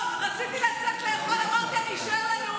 חבר הכנסת, לרשותך שלוש דקות.